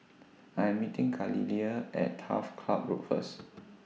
I Am meeting Galilea At Turf Ciub Road First